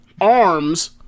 arms